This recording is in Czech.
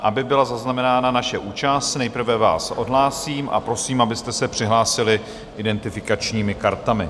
Aby byla zaznamenána naše účast, nejprve vás odhlásím a prosím, abyste se přihlásili identifikačními kartami.